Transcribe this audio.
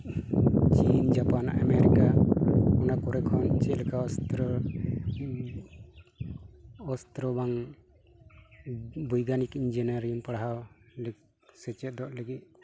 ᱪᱤᱱ Japan America ᱚᱱᱟ ᱠᱚᱨᱮ ᱠᱷᱚᱱ ᱪᱮᱫ ᱞᱮᱠᱟ ᱚᱥᱛᱨᱚ ᱚᱥᱛᱨᱚ ᱵᱟᱝ ᱵᱳᱭᱜᱟᱱᱤᱠ ᱤᱧᱡᱤᱱᱤᱭᱟᱨᱤᱝ ᱯᱟᱲᱦᱟᱣ ᱥᱮᱪᱮᱫᱚᱜ ᱞᱟᱹᱜᱤᱫ